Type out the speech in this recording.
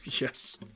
Yes